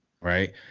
right